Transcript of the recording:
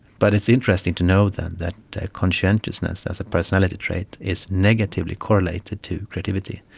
but it's interesting to know then that conscientiousness as a personality trait is negatively correlated to creativity.